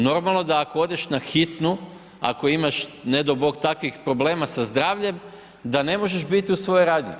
Normalno da ako odeš na hitnu, ako imaš ne dao Bog takvih problema sa zdravljem da ne možeš biti u svojoj radnji.